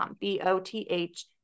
b-o-t-h